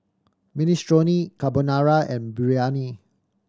Minestrone Carbonara and Biryani